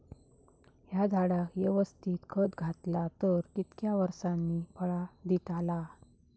हया झाडाक यवस्तित खत घातला तर कितक्या वरसांनी फळा दीताला?